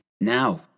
Now